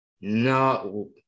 No